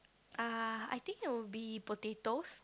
ah I think it would be potatoes